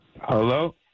Hello